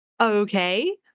Okay